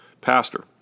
pastor